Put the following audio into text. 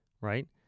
Right